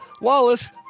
Wallace